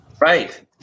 Right